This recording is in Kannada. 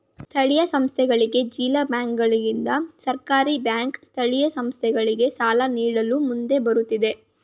ಸ್ಥಳೀಯ ಸಂಸ್ಥೆಗಳಿಗೆ ಜಿಲ್ಲಾ ಬ್ಯಾಂಕುಗಳಿಂದ, ಸಹಕಾರಿ ಬ್ಯಾಂಕ್ ಸ್ಥಳೀಯ ಸಂಸ್ಥೆಗಳಿಗೆ ಸಾಲ ನೀಡಲು ಮುಂದೆ ಬರುತ್ತವೆ